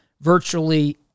virtually